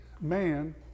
man